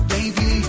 Baby